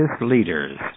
leaders